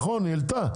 נכון, היא העלתה.